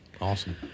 Awesome